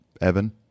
Evan